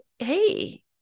hey